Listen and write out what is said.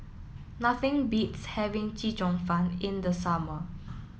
nothing beats having Chee Cheong Fun in the summer